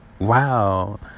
Wow